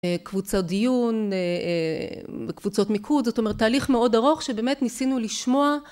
קבוצות דיון, קבוצות מיקוד, זאת אומרת תהליך מאוד ארוך שבאמת ניסינו לשמוע